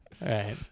right